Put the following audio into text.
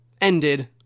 ended